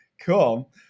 Cool